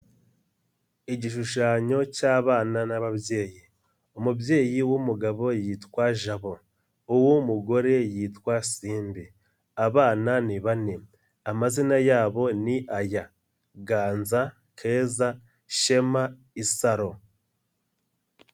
Igishushanyo cy'abana n'ababyeyi. Umubyeyi w'umugabo yitwa Jabo, uw'umugore yitwa Simbi, abana ni bane, amazina yabo ni aya; Ganza, Keza, Shema, Isaro.